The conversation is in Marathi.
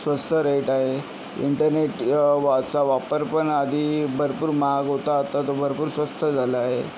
स्वस्त रेट आहे इंटरनेट वाचा वापर पण आधी भरपूर महाग होता आता तर भरपूर स्वस्त झाला आहे